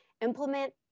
implement